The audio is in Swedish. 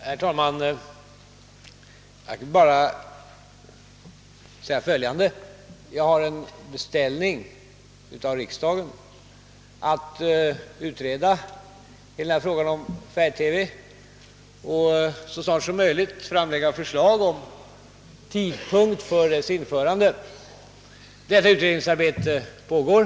Herr talman! Jag vill bara framhålla att vi har fått en beställning från riksdagen att utreda hela frågan om färg-TV och att så snart som möjligt framlägga förslag om tidpunkt för dess införande. Detta utredningsarbete pågår.